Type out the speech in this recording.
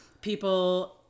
people